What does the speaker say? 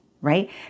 right